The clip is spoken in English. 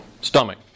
Stomach